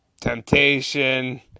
temptation